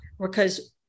Because-